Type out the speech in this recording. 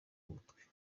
butwi